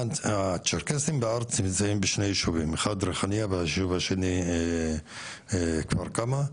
הצ'רקסיים נמצאים בשני ישובים האחד ריחאניה והשני כפר כמא.